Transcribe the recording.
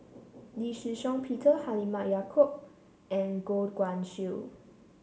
Lee Shih Shiong Peter Halimah Yacob and Goh Guan Siew